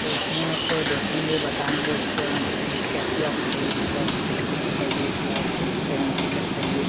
तो उसमें आप देखेंगे बताएँगे उसके बाद हमको सीट कैसी आपको चाहिए मतलब सिक्स सीट चाहिए कि या फ़िर सेवन सीटर चाहिए